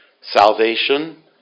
Salvation